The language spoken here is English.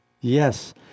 Yes